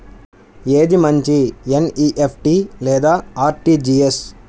ఏది మంచి ఎన్.ఈ.ఎఫ్.టీ లేదా అర్.టీ.జీ.ఎస్?